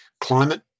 climate